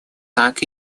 так